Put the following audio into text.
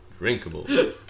Drinkable